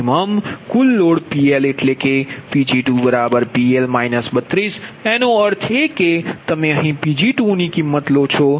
Pg2Pg1min કુલ load PL એટલે કે Pg2PL 32 એનો અર્થ એ કેતમે અહીં Pg2 ની કિમત લો છો